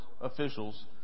officials